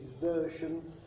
version